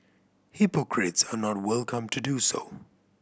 hypocrites are not welcome to do so